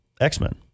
X-Men